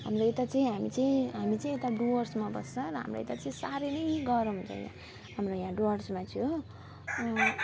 हाम्रो यता चाहिँ हामी चाहिँ हामी चाहिँ यता डुवर्समा बस्छ र हाम्रो यता चाहिँ साह्रै नै गरम हुन्छ यहाँ हाम्रो यहाँ डुवर्समा चाहिँ हो